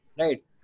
Right